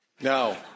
No